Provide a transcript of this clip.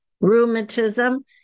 rheumatism